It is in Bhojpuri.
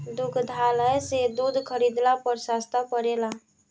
दुग्धालय से दूध खरीदला पर सस्ता पड़ेला?